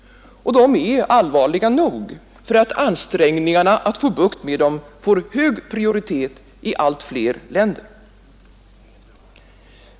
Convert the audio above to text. Och de är allvarliga nog för att ansträngningarna att få bukt med dem får hög prioritet i allt fler länder.